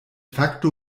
fakto